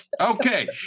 Okay